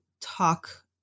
talk